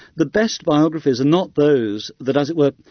the best biographies are not those that, as it were,